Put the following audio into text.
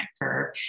curve